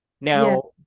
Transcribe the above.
Now